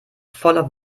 voller